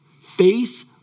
Faith